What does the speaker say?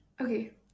Okay